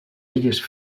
illes